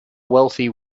wealthy